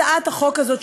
הצעת החוק הזו,